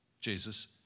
Jesus